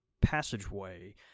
passageway